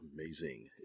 amazing